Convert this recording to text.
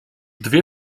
dwie